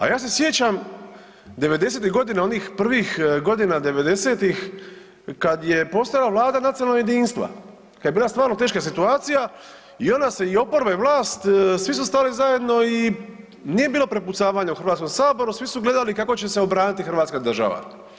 A ja se sjećam '90.-tih godina, onih prvih godina '90.-tih kad je postojala Vlada nacionalnog jedinstva, kad je bila stvarno teška situacija i onda se i oporba i vlast svi su stali zajedno i nije bilo prepucavanja u Hrvatskom saboru, svi su gledali kako će se obraniti hrvatska država.